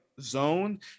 zone